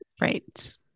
Right